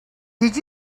did